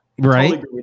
Right